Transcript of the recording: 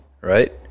right